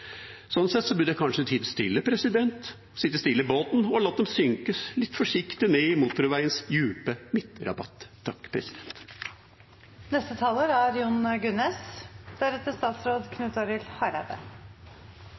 Sånn sett burde jeg kanskje tidd stille, sittet stille i båten og latt dem synke litt forsiktig ned i motorveiens